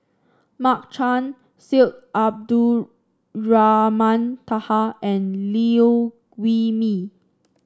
Mark Chan Syed Abdulrahman Taha and Liew Wee Mee